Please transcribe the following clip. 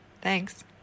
Thanks